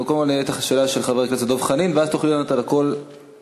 אנחנו נשמע את השאלה של חבר הכנסת דב חנין ואז תוכלי לענות על הכול יחד.